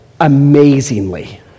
amazingly